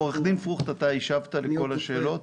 עורך דין פרוכט, אתה השבת על כל השאלות?